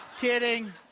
Kidding